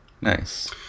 nice